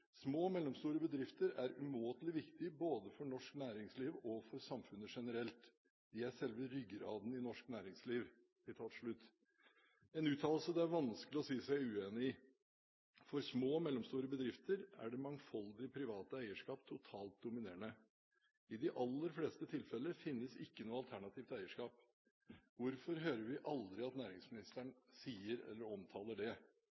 mellomstore bedrifter er umåtelig viktige både for norsk næringsliv og for samfunnet generelt. De er selve ryggraden i norsk næringsliv.» Det er en uttalelse det er vanskelig å si seg uenig i. For små og mellomstore bedrifter er det mangfoldige private eierskap totalt dominerende. I de aller fleste tilfeller finnes ikke noe alternativt eierskap. Hvorfor hører vi aldri at næringsministeren omtaler det?